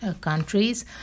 countries